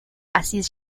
assises